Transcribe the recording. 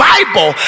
Bible